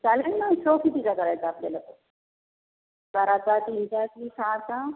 चालेल नं शो कितीचा करायचा आपल्याला बाराचा तीनचा की सहाचा